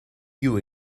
you